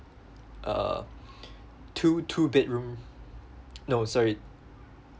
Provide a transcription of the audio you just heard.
uh two two bedroom no sorry